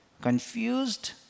confused